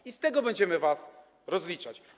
I z tego będziemy was rozliczać.